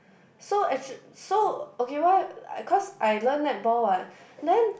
so actual so okay why I cause I learn netball what then